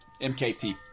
MKT